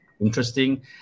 interesting